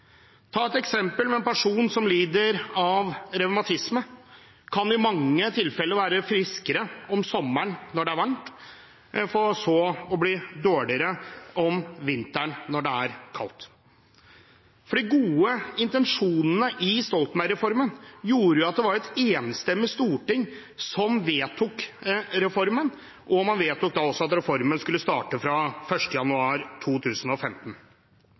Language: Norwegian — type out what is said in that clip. ta et eksempel med en person som lider av revmatisme. Vedkommende kan i mange tilfeller være friskere om sommeren når det er varmt, for så å bli dårligere om vinteren når det er kaldt. De gode intensjonene i Stoltenberg-reformen gjorde at det var et enstemmig storting som vedtok reformen, og man vedtok da også at reformen skulle starte fra 1. januar 2015.